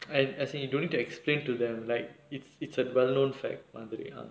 and as in you don't need to explain to them like it's it's a well known fact மாதிரியான:maathiriyaana